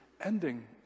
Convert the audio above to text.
ending